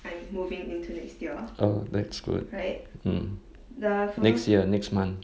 oh that's good mm next year next month